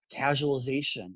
Casualization